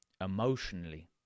emotionally